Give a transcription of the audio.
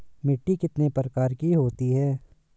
मिट्टी कितने प्रकार की होती हैं?